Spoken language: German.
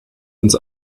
ins